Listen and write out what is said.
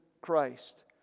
Christ